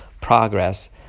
progress